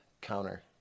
counter